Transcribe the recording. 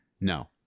No